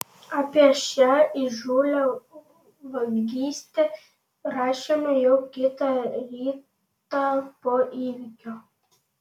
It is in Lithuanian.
apie šią įžūlią vagystę rašėme jau kitą rytą po įvykio